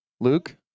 Luke